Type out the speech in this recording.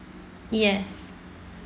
yes